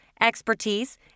expertise